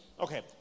Okay